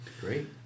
Great